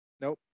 Nope